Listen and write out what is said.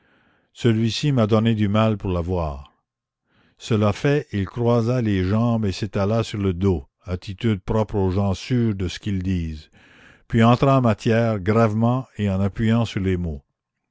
celui-ci m'a donné du mal pour l'avoir cela fait il croisa les jambes et s'étala sur le dos attitude propre aux gens sûrs de ce qu'ils disent puis entra en matière gravement et en appuyant sur les mots